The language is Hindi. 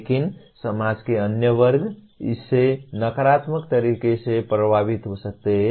लेकिन समाज के अन्य वर्ग इससे नकारात्मक तरीके से प्रभावित हो सकते हैं